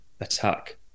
attack